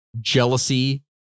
jealousy